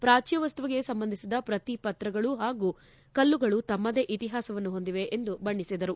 ಪ್ರಾಚ್ಯವಸ್ತುವಿಗೆ ಸಂಬಂಧಿಸಿದ ಪ್ರತಿ ಪತ್ರಗಳು ಮತ್ತು ಕಲ್ಲುಗಳು ತಮ್ನದೇ ಇತಿಹಾಸವನ್ನು ಹೊಂದಿವೆ ಎಂದು ಬಣ್ಣಿಸಿದರು